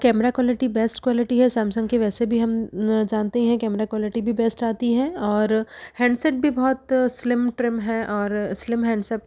camera quality best quality है Samsung की वैसे भी हम जानते हैं कैमरा क्वालिटी भी बेस्ट आती है और हैंडसेट भी बहुत स्लिम ट्रिम है और स्लिम हैंडसम